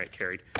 um carried.